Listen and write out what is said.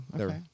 Okay